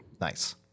nice